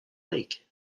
lake